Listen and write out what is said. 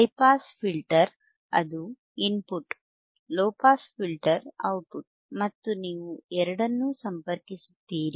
high pass filter ಅದು input low pass filter output ಮತ್ತು ನೀವು ಎರಡನ್ನೂ ಸಂಪರ್ಕಿಸುತ್ತೀರಿ